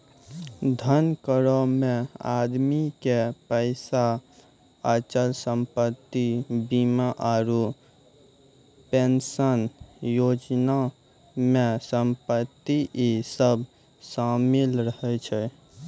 धन करो मे आदमी के पैसा, अचल संपत्ति, बीमा आरु पेंशन योजना मे संपत्ति इ सभ शामिल रहै छै